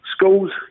Schools